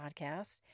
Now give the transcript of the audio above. podcast